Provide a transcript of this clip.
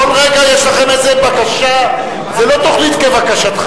כל רגע יש לכם איזה בקשה, זה לא תוכנית כבקשתך.